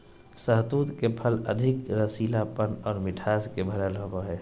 शहतूत के फल अधिक रसीलापन आर मिठास से भरल होवो हय